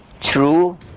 true